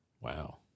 Wow